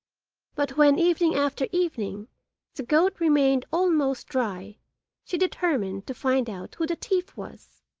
but when evening after evening the goat remained almost dry she determined to find out who the thief was.